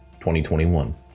2021